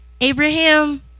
Abraham